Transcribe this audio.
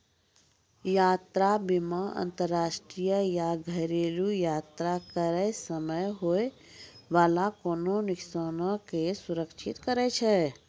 यात्रा बीमा अंतरराष्ट्रीय या घरेलु यात्रा करै समय होय बाला कोनो नुकसानो के सुरक्षित करै छै